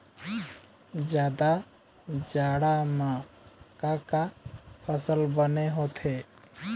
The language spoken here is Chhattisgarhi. जादा जाड़ा म का का फसल बने होथे?